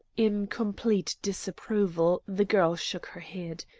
in complete disapproval the girl shook her head.